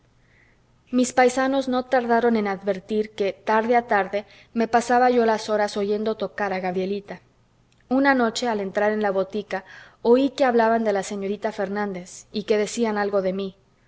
mis paisanos no tardaron en advertir que tarde a tarde me pasaba yo las horas oyendo tocar a gabrielita una noche al entrar en la botica oí que hablaban de la señorita fernández y que decían algo de mí